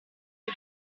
per